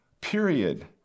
Period